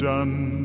done